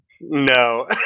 No